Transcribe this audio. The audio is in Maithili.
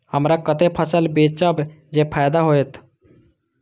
हमरा कते फसल बेचब जे फायदा होयत?